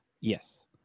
Yes